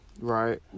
Right